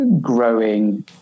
growing